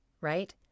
right